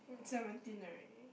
seventeen already